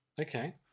Okay